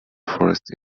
forest